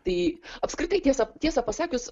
tai apskritai tiesą tiesą pasakius